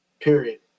Period